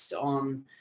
on